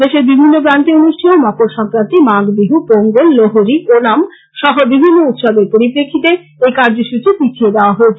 দেশের বিভিন্ন প্রান্তে অনুষ্ঠেয় মকর সংক্রান্তি মাঘ বিহু পোংগল লোহরী ওনাম সহ বিভিন্ন উৎসবের পরিপ্রেক্ষিতে এই কার্যসূচী পিছিয়ে দেওয়া হয়েছে